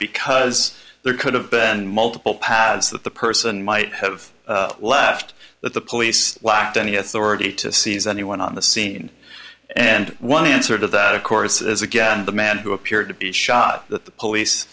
because there could have been multiple paths that the person might have left that the police lacked any authority to seize anyone on the scene and one answer to that of course is again the man who appeared to be shot the police